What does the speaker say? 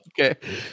Okay